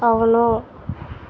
అవును